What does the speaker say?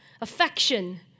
affection